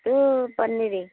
ତୁ ପନିର